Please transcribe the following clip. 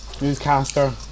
newscaster